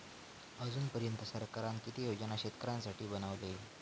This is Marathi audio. अजून पर्यंत सरकारान किती योजना शेतकऱ्यांसाठी बनवले?